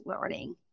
learning